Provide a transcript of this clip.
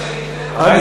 משהו רציני.